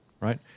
Right